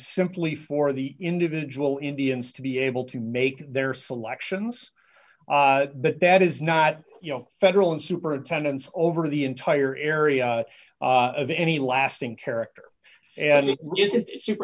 simply for the individual indians to be able to make their selections but that is not you know federal and superintendents over the entire area of any lasting character and